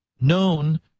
known